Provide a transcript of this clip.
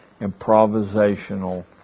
improvisational